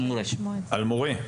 על מורה.